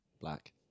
black